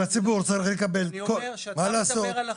אני אומר שאתה מדבר על אכיפה.